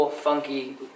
funky